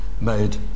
made